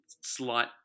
slight